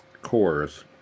cores